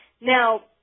now